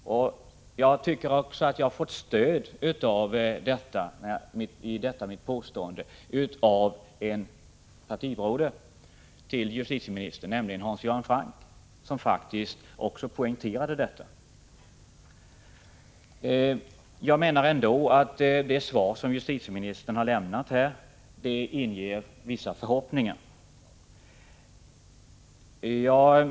Jag tycker att jag har fått stöd i detta mitt påstående av en partibroder till justitieministern, nämligen Hans Göran Franck, som faktiskt poängterade detta. Jag menar ändå att det svar som justitieministern här har lämnat inger vissa förhoppningar.